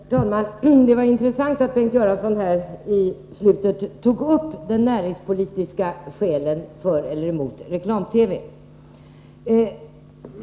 Herr talman! Det var intressant att Bengt Göransson här på slutet tog upp de näringspolitiska skälen för eller emot reklam-TV.